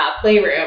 playroom